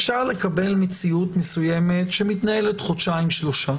אפשר לקבל מציאות מסוימת שמתנהלת חודשיים-שלושה